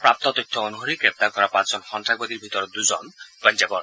প্ৰাপ্ত তথ্য অনুসৰি গ্ৰেপ্তাৰ কৰা পাঁচজন সন্তাসবাদীৰ ভিতৰত দুজন পঞ্জাৱৰ